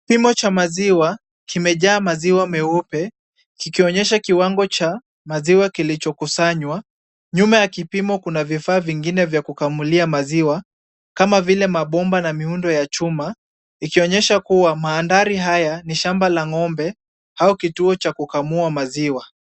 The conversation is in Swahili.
Kipimo cha maziwa kimejaa maziwa meupe, kikionyesha kiwango cha maziwa iliyokusanywa. Nyuma ya kipimo kuna vifaa vingine vya kukamulia maziwa, kama vile mabomba na miundo ya chuma, ikionyesha kuwa mandhari haya ni shamba la ng'ombe au kituo cha kukamua maziwa.